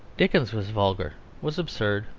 dickens was vulgar, was absurd,